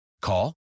Call